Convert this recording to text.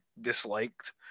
disliked